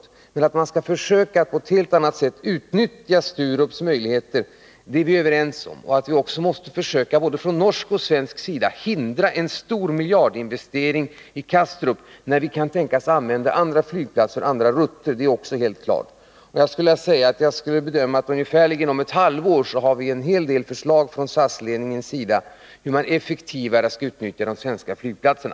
Men vi är överens om att man skall försöka att på ett helt annat sätt än hittills utnyttja Sturups möjligheter. Det är också helt klart att vi både från norsk och från svensk sida måste försöka hindra en miljardinvestering i Kastrup, när vi kan tänkas använda andra flygplatser, andra rutter. Jag skulle vilja säga att jag bedömer att vi om ungefär ett halvår har en hel del förslag från SAS-ledningens sida om hur man effektivare skall utnyttja de svenska flygplatserna.